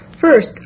First